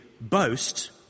boast